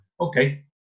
Okay